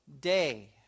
day